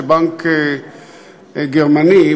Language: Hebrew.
שבנק גרמני,